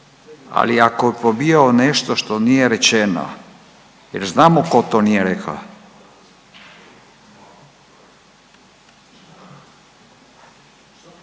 Ali ako je pobijao nešto što nije rečeno, je li znamo tko to nije rekao?